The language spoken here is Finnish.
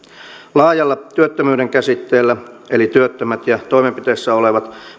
laajalla työttömyyden käsitteellä eli työttömät ja toimenpiteissä olevat